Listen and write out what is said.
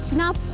now